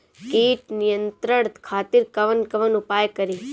कीट नियंत्रण खातिर कवन कवन उपाय करी?